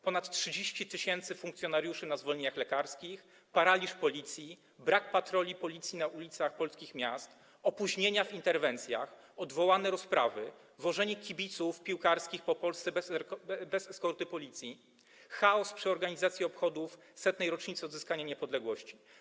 Ponad 30 tys. funkcjonariuszy na zwolnieniach lekarskich, paraliż Policji, brak patroli Policji na ulicach polskich miast, opóźnienia w interwencjach, odwołane rozprawy, wożenie kibiców piłkarskich po Polsce bez eskorty Policji, chaos przy organizacji obchodów 100. rocznicy odzyskania niepodległości.